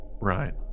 Right